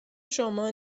شما